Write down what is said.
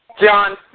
John